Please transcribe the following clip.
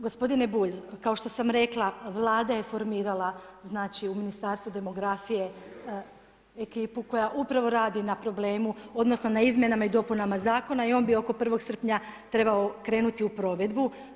Gospodine Bulj, kao što sam rekla Vlada je formirala znači u Ministarstvu demografije ekipu koja upravo radi na problemu, odnosno na izmjenama i dopunama zakona i on bi oko 1. srpnja trebao krenuti u provedbu.